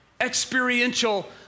Experiential